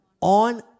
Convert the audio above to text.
On